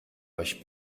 euch